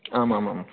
आम् आम् आम्